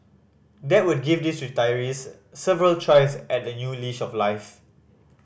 that would give these retirees several tries at a new leash of life